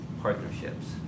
partnerships